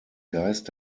geist